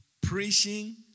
preaching